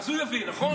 אז הוא יביא, נכון?